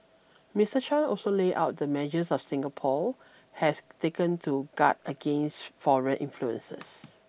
Mister Chan also laid out the measures of Singapore has taken to guard against foreign influences